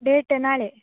date ನಾಳೆ